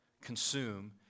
consume